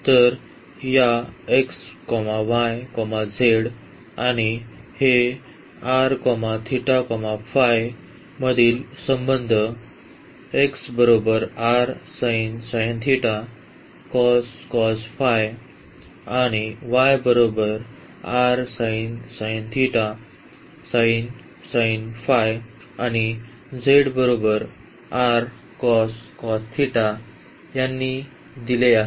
तर या आणि हे मधील संबंध आणि आणि यांनी दिले आहेत